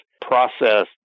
process